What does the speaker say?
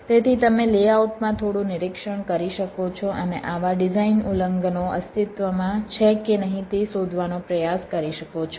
તેથી તમે લેઆઉટમાં થોડું નિરીક્ષણ કરી શકો છો અને આવા ડિઝાઇન ઉલ્લંઘનો અસ્તિત્વમાં છે કે નહીં તે શોધવાનો પ્રયાસ કરી શકો છો